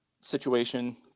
situation